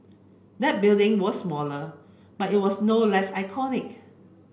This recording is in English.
that building was smaller but it was no less iconic